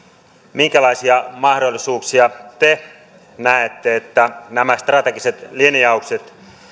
minkälaisia mahdollisuuksia te näette näiden strategisten linjausten